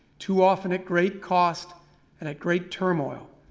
too often at great costs and at great turmoil.